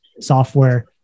software